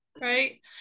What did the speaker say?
right